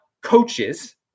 coaches